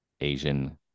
Asian